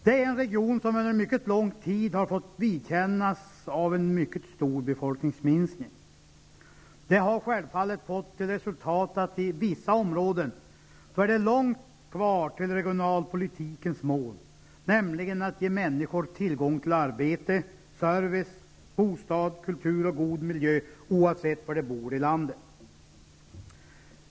Det är en region som under mycket lång tid har fått vidkännas en mycket stor befolkningsminskning. Detta har självfallet fått till resultat att det i vissa områden är långt kvar till regionalpolitikens mål, nämligen att ge människor tillgång till arbete, service, bostad, kultur och god miljö oavsett var de bor i landet.